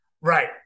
Right